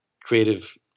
creative